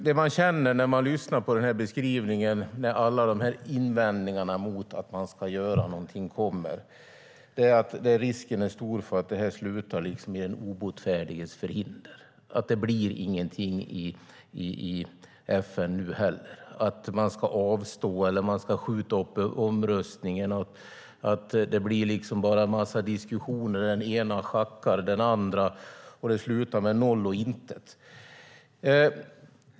Det jag känner när jag lyssnar på den beskrivningen, med alla invändningar mot att man ska göra någonting, är att risken är stor för att det slutar i den obotfärdiges förhinder, att det inte blir någonting i FN nu heller, att man ska avstå eller skjuta upp omröstningen, att det bara blir en massa diskussioner där den ena schackar den andra och det slutar med noll och intet.